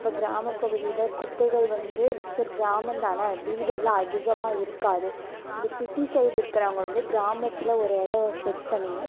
இப்போ கிராமப் பகுதியில் குப்பைகள் வந்து சரி கிராமந்தான வீடெல்லாம் அதிகமாக இருக்காது இந்த சிட்டி சைடு இருக்கிறவங்க வந்து கிராமத்தில் ஒரு இடோம் செட் பண்ணிணு